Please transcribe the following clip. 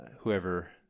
whoever